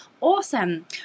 Awesome